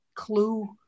clue